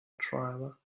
driver